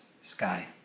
sky